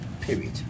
Period